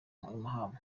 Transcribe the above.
mahama